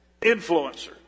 influencer